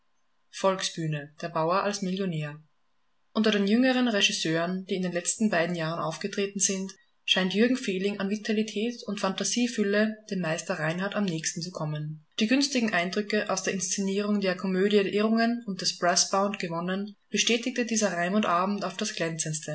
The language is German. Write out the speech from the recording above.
volksbühne der bauer als millionär unter den jüngeren regisseuren die in den letzten beiden jahren aufgetreten sind scheint jürgen fehling an vitalität und phantasiefülle dem meister reinhardt am nächsten zu kommen die günstigen eindrücke aus der inszenierung der komödie der irrungen und des braßbound gewonnen bestätigte dieser raimund-abend auf das